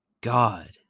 God